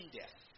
death